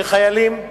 שחיילים שלחמו,